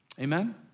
Amen